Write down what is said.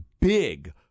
big